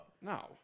No